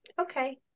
okay